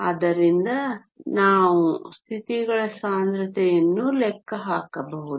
ಆದ್ದರಿಂದ ನಾವು ಸ್ಥಿತಿಗಳ ಸಾಂದ್ರತೆಯನ್ನು ಲೆಕ್ಕ ಹಾಕಬಹುದು